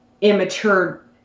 immature